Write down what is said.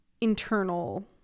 internal